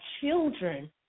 children